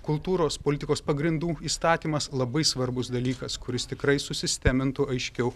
kultūros politikos pagrindų įstatymas labai svarbus dalykas kuris tikrai susistemintų aiškiau